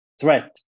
threat